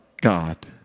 God